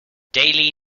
daily